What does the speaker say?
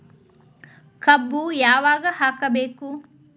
ಕಬ್ಬು ಯಾವಾಗ ಹಾಕಬೇಕು?